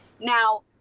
Now